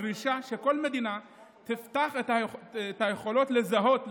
כלומר דרישה שכל מדינה תפתח את היכולת לזהות,